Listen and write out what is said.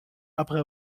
après